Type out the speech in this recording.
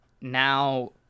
now